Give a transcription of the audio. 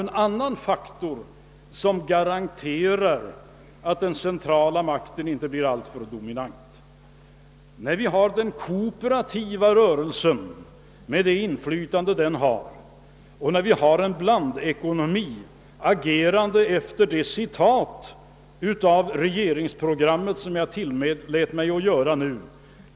Även detta är en faktor som garanterar att den centrala makten inte blir alltför dominant. Vi har en inflytelserik kooperativ rörelse. Vi tillämpar en blandekonomi som fungerar i enlighet med det citat ur partiprogrammet som jag tillät mig göra nyss.